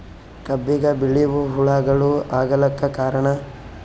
ಕಬ್ಬಿಗ ಬಿಳಿವು ಹುಳಾಗಳು ಆಗಲಕ್ಕ ಕಾರಣ?